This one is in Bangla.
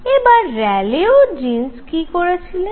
এবার র্যালে ও জীন্স কি করেছিলেন